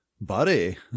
Buddy